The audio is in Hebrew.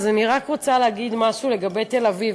אז אני רק רוצה להגיד משהו לגבי תל-אביב,